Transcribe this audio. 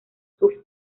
sus